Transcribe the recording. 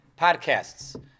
podcasts